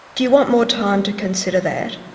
do you want more time to consider that?